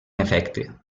efecte